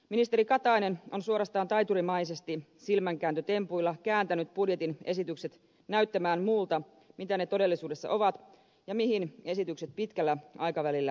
ministeri katainen on suorastaan taiturimaisesti silmänkääntötempuilla kääntänyt budjetin esitykset näyttämään muulta kuin mitä ne todellisuudessa ovat ja mihin esitykset pitkällä aikavälillä johtavat